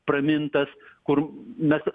pramintas kur mes